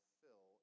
fill